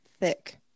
thick